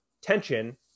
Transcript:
tension